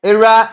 Era